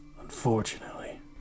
Unfortunately